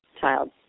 child